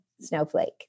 snowflake